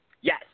Yes